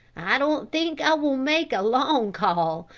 i don't think i will make a long call,